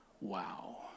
Wow